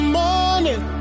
morning